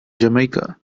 jamaica